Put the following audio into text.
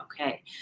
okay